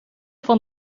van